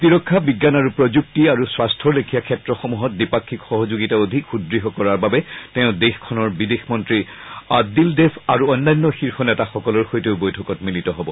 প্ৰতিৰক্ষা বিজ্ঞান আৰু প্ৰযুক্ত আৰু স্বাস্থৰ লেখিয়া ক্ষেত্ৰসমূহত দ্বিপাক্ষিক সহযোগিতা অধিক সুদৃঢ় কৰাৰ বাবে তেওঁ দেশখনৰ বিদেশমন্তী আদ্বিলদেভ আৰু অন্যান্য শীৰ্ষ নেতাসকলৰ সৈতে বৈঠকত মিলিত হ'ব